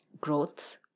Growth